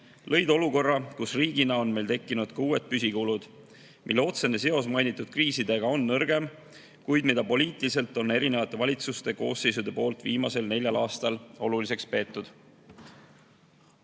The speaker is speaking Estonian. lõid olukorra, kus riigina on meil tekkinud uued püsikulud, mille otsene seos mainitud kriisidega on nõrgem, kuid mida poliitiliselt on valitsuse eri koosseisud viimasel neljal aastal oluliseks